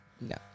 No